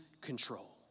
control